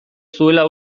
zuela